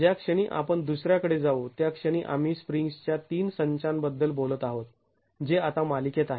ज्या क्षणी आपण दुसऱ्या कडे जाऊ त्या क्षणी आम्ही स्प्रिंग्ज् च्या तीन संचांबद्दल बोलत आहोत जे आता मालिकेत आहेत